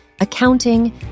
accounting